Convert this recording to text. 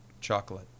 Chocolate